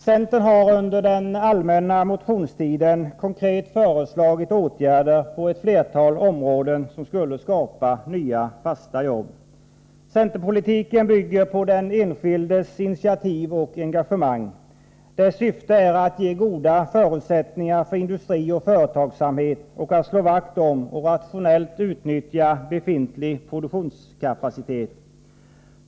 Centern har under den allmänna motionstiden konkret föreslagit åtgärder på ett flertal områden som skulle skapa nya fasta jobb. Centerpolitiken bygger på den enskildes initiativ och engagemang. Dess syfte är att ge goda förutsättningar för industri och företagsamhet och att slå vakt om och rationellt utnyttja befintlig produktionskapacitet.